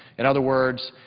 in other words,